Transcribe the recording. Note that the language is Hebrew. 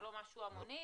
זה לא משהו המוני,